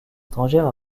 étrangères